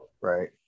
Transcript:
Right